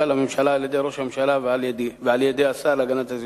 לממשלה על-ידי ראש הממשלה ועל-ידי השר להגנת הסביבה.